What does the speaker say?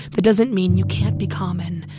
that doesn't mean you can't be common,